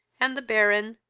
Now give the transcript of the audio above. and the baron,